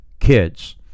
kids